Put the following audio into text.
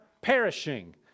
perishing